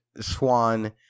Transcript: Swan